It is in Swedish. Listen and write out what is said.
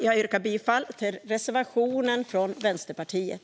Jag yrkar bifall till reservationen från Vänsterpartiet.